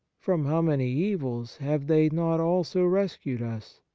from how many evils have they not also rescued us?